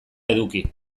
eduki